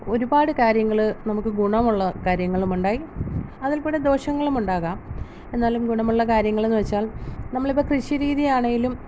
ഒരുപാട് കാര്യങ്ങള് നമുക്ക് ഗുണമുള്ള കാര്യങ്ങളുമുണ്ടായി അതിൽപിന്നെ ദോഷങ്ങളും ഉണ്ടാകാം എന്നാലും ഗുണമുള്ള കാര്യങ്ങള് എന്നുവച്ചാൽ നമ്മളിപ്പം കൃഷിരീതി ആണേലും